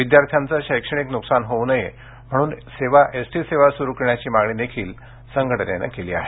विद्यार्थ्यांचं शैक्षणिक नुकसान होऊ नये म्हणून सेवा एसटी सेवा सुरु करण्याची मागणीही संघटनेनं केली आहे